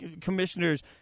commissioners